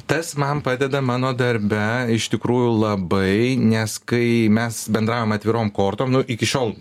tas man padeda mano darbe iš tikrųjų labai nes kai mes bendraujam atvirom kortom nu iki šiol